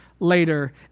later